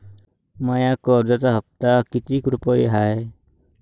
माया कर्जाचा हप्ता कितीक रुपये हाय?